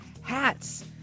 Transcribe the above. hats